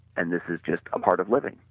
and this is just a part of living.